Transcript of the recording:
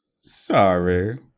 sorry